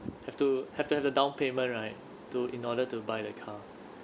have to have to have the down payment right to in order to buy the car